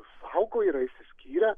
saugo yra išsiskyrę